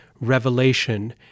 revelation